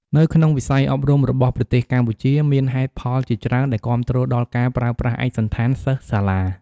នៅក្នុងវិស័យអប់រំរបស់ប្រទេសកម្ពុជាមានហេតុផលជាច្រើនដែលគាំទ្រដល់ការប្រើប្រាស់ឯកសណ្ឋានសិស្សសាលា។